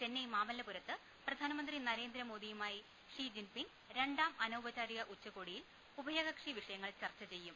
ചെന്നൈ മാമല്ലപുരത്ത് പ്രധാനമന്ത്രി നരേന്ദ്രമോദിയുമായി ഷി ജിൻ പിങ് രണ്ടാം അനൌപചാരിക ഉച്ചുകോടിയിൽ ഉഭയകക്ഷി വിഷയങ്ങൾ ചർച്ചചെയ്യും